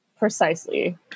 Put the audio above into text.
precisely